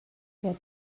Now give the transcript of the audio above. der